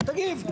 תגיב.